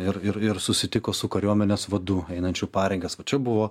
ir ir ir susitiko su kariuomenės vadu einančiu pareigas va čia buvo